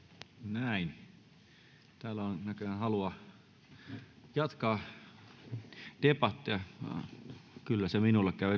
turvattu kiitoksia täällä on näköjään halua jatkaa debattia kyllä se minulle käy